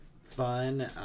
fun